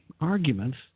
arguments